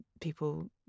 People